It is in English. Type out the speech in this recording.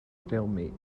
stalemate